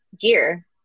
gear